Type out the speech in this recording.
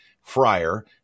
friar